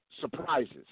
surprises